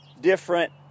different